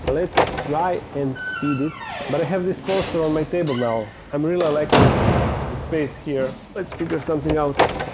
let's try and feed it, but i have this poster on my table now i'm really liking the space here. let's figure something out